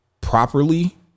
properly